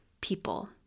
people